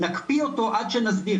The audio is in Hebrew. נקפיא אותו עד שנסדיר.